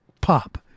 pop